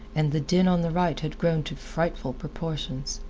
and the din on the right had grown to frightful proportions.